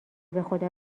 بخدا